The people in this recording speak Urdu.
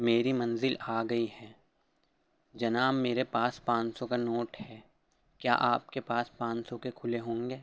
میری منزل آ گئی ہے جناب میرے پاس پانچ سو کا نوٹ ہے کیا آپ کے پاس پانچ سو کے کھلے ہوں گے